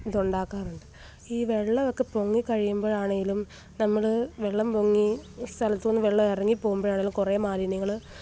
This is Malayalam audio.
ഇതുണ്ടാക്കാറുണ്ട് ഈ വെള്ളമൊക്കെ പൊങ്ങിക്കഴിയുമ്പോഴാണെങ്കിലും നമ്മൾ വെള്ളം പൊങ്ങിയ സ്ഥലത്തു നിന്ന് വെള്ളം ഇറങ്ങി പോകുമ്പോഴാണെങ്കിലും കുറേ മാലിന്യങ്ങൾ